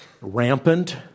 rampant